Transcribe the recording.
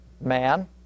man